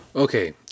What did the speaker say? Okay